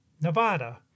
Nevada